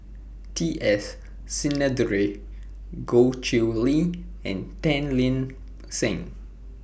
T S Sinnathuray Goh Chiew Lye and Tan Lip Seng